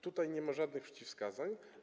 Tutaj nie ma żadnych przeciwwskazań.